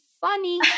funny